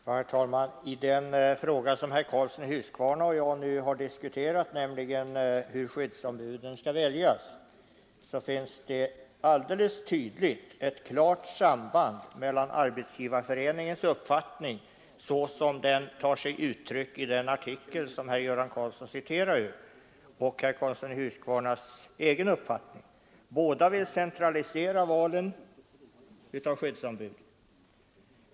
Herr talman! I den fråga som herr Karlsson i Huskvarna och jag nu diskuterat, nämligen hur skyddsombuden skall väljas, finns det alldeles tydligt ett klart samband mellan Arbetsgivareföreningens uppfattning såsom den tar sig uttryck i den artikel som herr Göran Karlsson citerade ur och herr Karlssons egen uppfattning. Båda vill centralisera valen av skyddsombud.